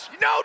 no